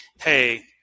hey